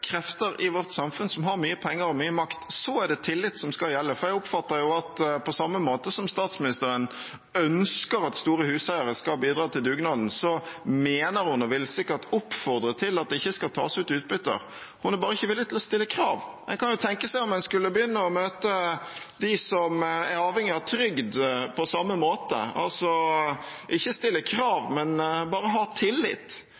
krefter i vårt samfunn som har mye penger og mye makt, er det tillit som skal gjelde. Jeg oppfatter at statsministeren, på samme måte som at hun ønsker at store huseiere skal bidra til dugnaden, mener og sikkert vil oppfordre til at det ikke skal tas ut utbytter. Hun er bare ikke villig til å stille krav. Man kan jo tenke seg at man skulle begynne å møte dem som er avhengig av trygd, på samme måte, altså ikke stille